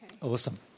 Awesome